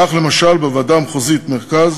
כך, למשל, בוועדה המחוזית מרכז